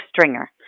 Stringer